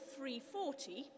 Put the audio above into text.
3.40